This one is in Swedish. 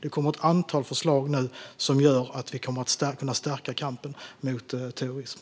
Det kommer nu ett antal förslag som gör att vi kommer att kunna stärka kampen mot terrorism.